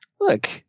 Look